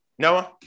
Noah